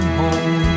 home